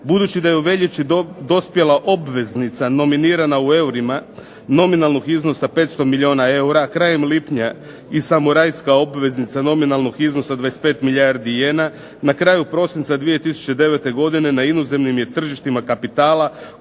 Budući da je u veljači dospjela obveznica nominirana u eurima, nominalnog iznosa 500 milijuna eura, krajnjem lipnja i samurajska obveznica nominalnog iznosa 25 milijardi jena, na kraju prosinca 2009. godine na inozemnim je tržištima kapitala